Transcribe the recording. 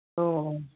ꯑꯣ ꯑꯣ